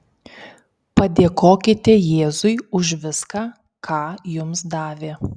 padėkokite jėzui už viską ką jums davė